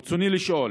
ברצוני לשאול: